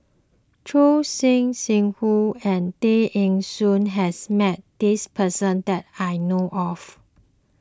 Choor Singh Sidhu and Tay Eng Soon has met this person that I know of